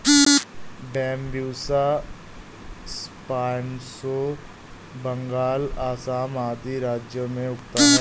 Bambusa spinosa Bengal, Assam आदि राज्यों में उगता है